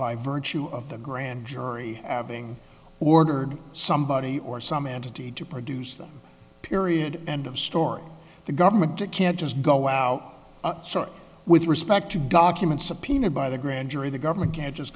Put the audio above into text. by virtue of the grand jury having ordered somebody or some entity to produce them period end of story the government to can't just go out with respect to documents subpoenaed by the grand jury the government can't just